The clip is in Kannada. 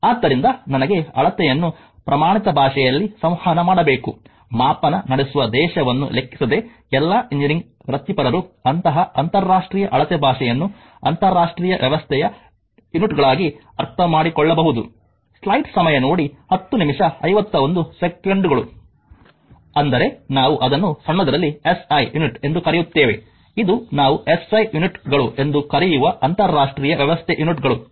ಆದ್ದರಿಂದ ನನಗೆ ಅಳತೆಯನ್ನು ಪ್ರಮಾಣಿತ ಭಾಷೆಯಲ್ಲಿ ಸಂವಹನ ಮಾಡಬೇಕುಮಾಪನ ನಡೆಸುವ ದೇಶವನ್ನು ಲೆಕ್ಕಿಸದೆ ಎಲ್ಲಾ ಎಂಜಿನಿಯರಿಂಗ್ ವೃತ್ತಿಪರರು ಅಂತಹ ಅಂತರರಾಷ್ಟ್ರೀಯ ಅಳತೆ ಭಾಷೆಯನ್ನು ಅಂತರರಾಷ್ಟ್ರೀಯ ವ್ಯವಸ್ಥೆಯ ಯೂನಿಟ್ಗಳಾಗಿ ಅರ್ಥಮಾಡಿಕೊಳ್ಳಬಹುದು ಅಂದರೆ ನಾವು ಅದನ್ನು ಸಣ್ಣದರಲ್ಲಿ ಎಸ್ಐ ಯೂನಿಟ್ ಎಂದು ಕರೆಯುತ್ತೇವೆಇದು ನಾವು ಎಸ್ಐ ಯೂನಿಟ್ ಗಳು ಎಂದು ಕರೆಯುವ ಅಂತರರಾಷ್ಟ್ರೀಯ ವ್ಯವಸ್ಥೆ ಯೂನಿಟ್ ಗಳು